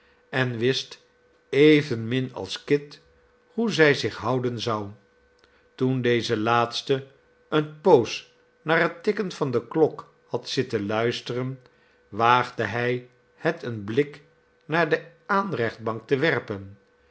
en wist evenmin als kit hoe zij zich houden zou toen deze laatste eene poos naar het tikken van de klok had zitten luisteren waagde hij het een blik naar de aanrechtbank te werpen